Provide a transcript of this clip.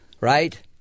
right